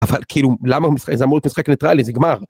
אבל כאילו למה הוא אמור להיות משחק ניטרלי זה גמר.